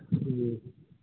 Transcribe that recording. ꯎꯝ